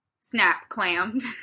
Snap-clammed